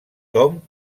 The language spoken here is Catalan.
tom